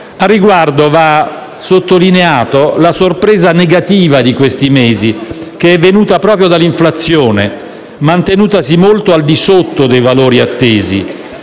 Al riguardo, va sottolineata la sorpresa negativa di questi mesi, che è venuta proprio dall'inflazione, mantenutasi molto al di sotto dei valori attesi,